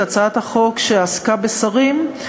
את הצעת החוק שעסקה בשרים.